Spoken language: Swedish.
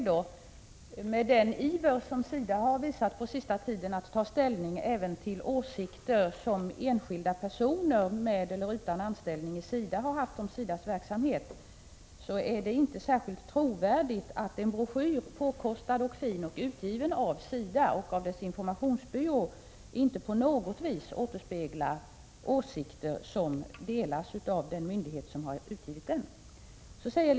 Med tanke på den iver som SIDA på sista tiden har visat att även ta ställning till åsikter som enskilda personer med eller utan anställning i SIDA har haft om SIDA:s verksamhet är det inte särskilt trovärdigt när man säger att denna broschyr, påkostad, fin och utgiven av SIDA:s informationsbyrå, inte på något sätt avspeglar åsikter som delas av den myndighet som har utgivit broschyren.